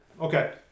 Okay